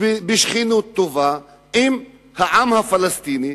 בשכנות טובה עם העם הפלסטיני,